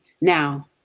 now